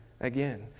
again